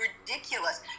ridiculous